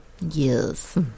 yes